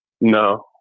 No